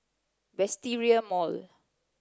Wisteria Mall